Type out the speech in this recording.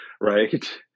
right